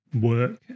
work